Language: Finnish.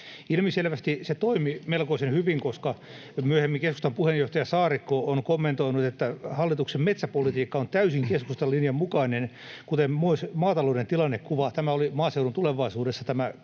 Ilmiselvästi se toimi melkoisen hyvin, koska myöhemmin keskustan puheenjohtaja Saarikko on kommentoinut, että hallituksen metsäpolitiikka on täysin keskustan linjan mukainen, kuten myös maatalouden tilannekuva — tämä kommentti oli Maaseudun Tulevaisuudessa. Ei siinä